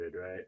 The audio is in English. right